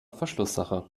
verschlusssache